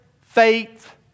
faith